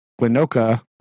Winoka